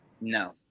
No